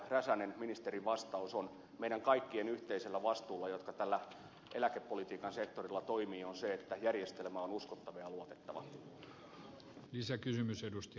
räsänen ministerin vastaus on että meidän kaikkien jotka tällä eläkepolitiikan sektorilla toimimme yhteisellä vastuulla on se että järjestelmä on uskottava ja luotettava